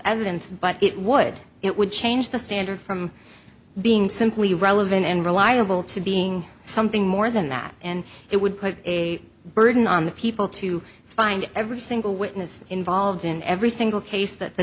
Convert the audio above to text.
evidence but it would it would change the standard from being simply relevant and reliable to being something more than that and it would put a burden on the people to find every single witness involved in every single case that the